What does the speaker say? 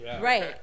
Right